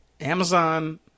Amazon